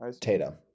Tatum